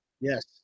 Yes